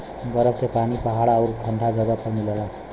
बरफ के पानी पहाड़ आउर ठंडा जगह पर मिलला